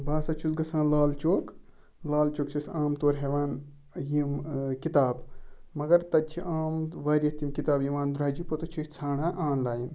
بہٕ ہَسا چھُس گژھان لال چوک لال چوک چھِ أسۍ عام طور ہٮ۪وان یِم کِتاب مگر تَتہِ چھِ عام واریاہ تِم کِتاب یِوان درٛۅجہِ پوٚتُس چھِ أسۍ ژھانٛڈان آن لایَن